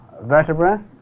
vertebra